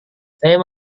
saya